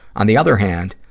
on the other hand,